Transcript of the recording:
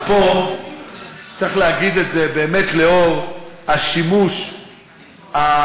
ופה צריך להגיד את זה באמת לאור השימוש הברוטלי,